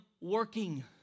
working